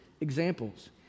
examples